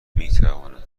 میتواند